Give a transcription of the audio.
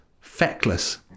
feckless